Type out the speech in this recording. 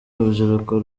urubyiruko